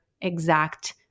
exact